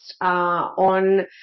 on